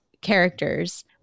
characters